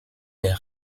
les